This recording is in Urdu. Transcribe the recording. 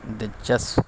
دلچسپ